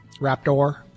Raptor